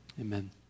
Amen